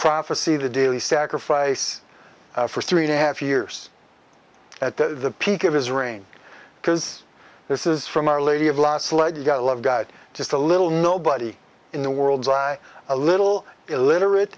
prophecy the daily sacrifice for three to half years at the peak of his reign because this is from our lady of last led you gotta love god just a little nobody in the world by a little illiterate